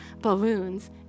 balloons